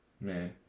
Man